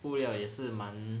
布料也是蛮